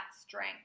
strength